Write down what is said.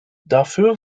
dafür